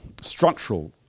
structural